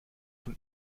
von